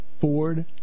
Ford